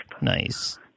Nice